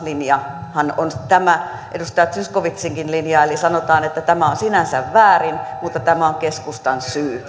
linjahan on tämä edustaja zyskowiczinkin linja sanotaan että tämä on sinänsä väärin mutta tämä on keskustan syy